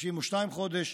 32 חודש,